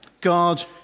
God